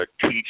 teach